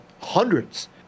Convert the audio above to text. hundreds